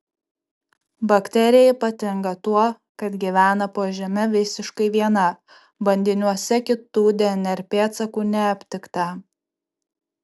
bakterija ypatinga tuo kad gyvena po žeme visiškai viena bandiniuose kitų dnr pėdsakų neaptikta